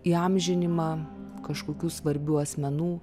įamžinimą kažkokių svarbių asmenų